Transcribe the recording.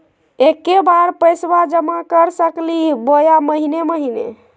एके बार पैस्बा जमा कर सकली बोया महीने महीने?